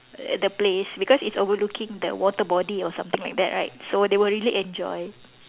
at the place because is overlooking the water body or something like that right so they will really enjoy